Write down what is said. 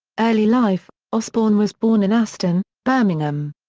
early life osbourne was born in aston, birmingham.